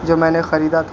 جو میں نے خریدا تھا